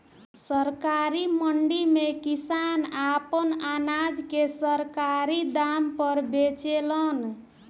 सरकारी मंडी में किसान आपन अनाज के सरकारी दाम पर बेचेलन